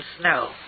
snow